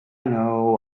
know